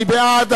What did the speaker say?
מי בעד?